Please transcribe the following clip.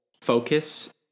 focus